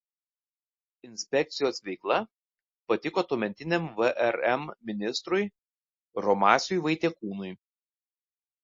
inspekcijos veikla patiko tuometiniam vrm ministrui romasiui vaitekūnui